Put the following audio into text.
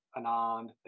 Anand